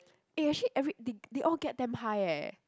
eh actually every they they all get damn high eh